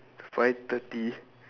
five thirty